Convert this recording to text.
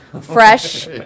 fresh